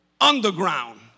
underground